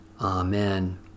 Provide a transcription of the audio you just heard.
Amen